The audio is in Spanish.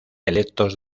electos